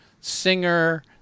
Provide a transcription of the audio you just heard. singer